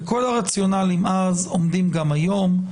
וכל הרציונלים אז עומדים גם היום.